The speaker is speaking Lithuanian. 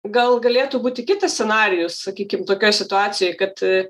gal galėtų būti kitas scenarijus sakykim tokioj situacijoj kad